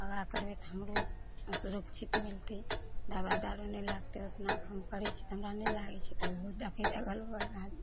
योगा करबै तऽ हमरो सुरक्षित मिलतै दबाइ दारू नहि लागतै ओतना हम करै छी तऽ हमरा नहि लागै छै तऽ ओहो देखै छै अगल बगलके आदमी